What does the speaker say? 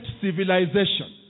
civilization